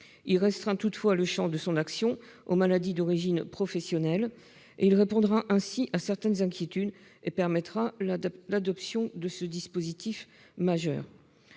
à restreindre le champ de son action aux maladies d'origine professionnelle. Son adoption répondra ainsi à certaines inquiétudes et permettra l'adoption de ce dispositif majeur.